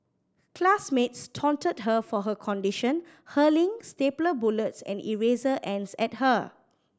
classmates taunted her for her condition hurling stapler bullets and eraser ends at her